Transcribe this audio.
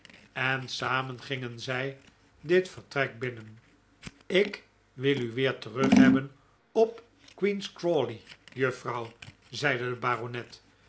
en samen gingen zij dit vertrek binnen ik wil u weer terug hebben op queen's crawley juffrouw zeide de baronet